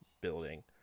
building